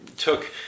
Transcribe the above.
took